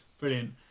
brilliant